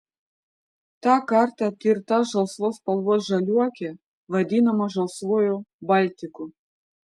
tą kartą tirta žalsvos spalvos žaliuokė vadinama žalsvuoju baltiku